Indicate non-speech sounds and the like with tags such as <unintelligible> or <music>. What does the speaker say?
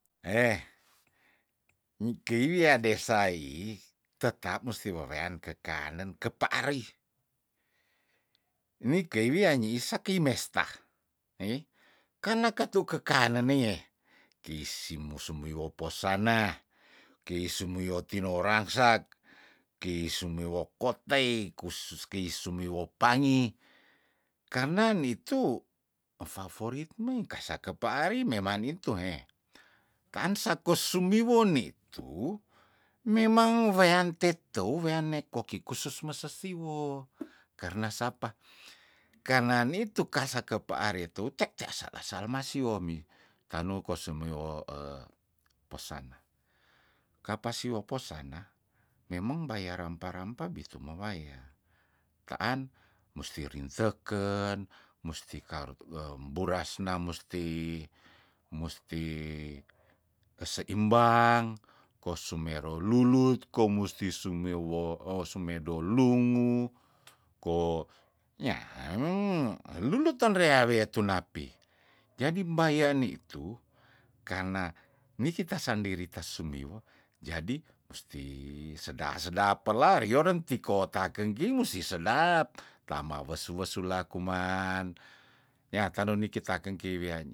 Eh ni kei wia desai tetap musti wewean kekanen kepaari ni kei wia nyi isaki mesta nei kene ketu kekanen neie kei simu sumuwi opo sana kei sumiwo tinoransak kei sumiwo kotei kusus kei sumiwo pangi karna nitu favorit mei kasa kepaari meman nitue taan saka sumiwoni itu memang rean te tou weane koki kusus mesesiwo karna sapa karna nitu kasa kepaar itu cek ce asal asal masiwo mi kano ko sumiwo <hesitation> posana kapa siwo posana memeng baya rampa rampa bitu me waya taan musti rinteken musti karut wem burasna musti musti keseimbang kosumero lulut kong musti sumiwo esumedo lungu ko nya <unintelligible> lulut ton rea wea tu napi jadi mbaya nitu karna ni kita sandiri ta sumiwo jadi musti seda- sedap pela rioren tikota keng ki musti sedap tamba wesu wesu la kuman ya tanun niki taken kei wea nyi